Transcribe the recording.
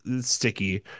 sticky